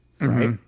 Right